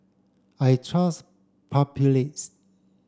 I trust Papulex